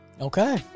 Okay